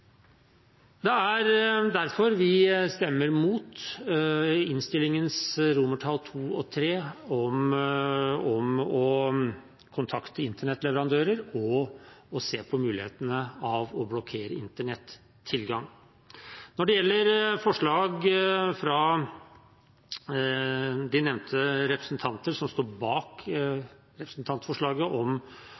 Det er derfor vi stemmer mot innstillingens II og III om å kontakte internettleverandører og å se på mulighetene for å blokkere internettilgang. Når det gjelder forslaget fra de nevnte representanter som står bak representantforslaget, om